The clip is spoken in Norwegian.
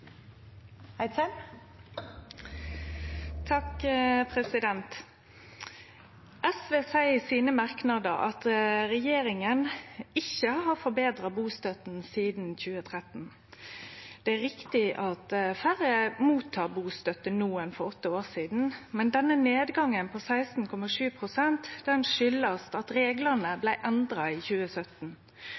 SV seier i merknadene sine at regjeringa ikkje har forbetra bustøtta sidan 2013. Det er riktig at færre får bustøtte no enn for åtte år sidan, men denne nedgangen på 16,7 pst. kjem av at reglane blei endra i 2017.